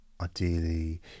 ideally